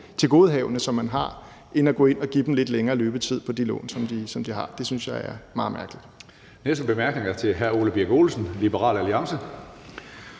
tilgodehavende, som man har, end at gå ind og give dem lidt længere løbetid på de lån, som de har. Det synes jeg er meget mærkeligt. Kl. 14:49 Tredje næstformand